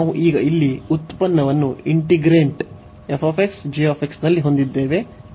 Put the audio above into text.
ನಾವು ಈಗ ಇಲ್ಲಿ ಉತ್ಪನ್ನವನ್ನು ಇಂಟಿಗ್ರೇಂಟ್ ನಲ್ಲಿ ಹೊಂದಿದ್ದೇವೆ ಮತ್ತು ಇದು ಫಲಿತಾಂಶವನ್ನು ಒಮ್ಮುಖಗೊಳಿಸುತ್ತದೆ